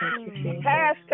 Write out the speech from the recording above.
Hashtag